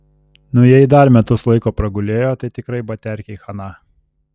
nu jei dar metus laiko pragulėjo tai tikrai baterkei chana